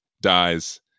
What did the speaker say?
dies